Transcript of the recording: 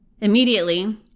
Immediately